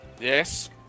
Yes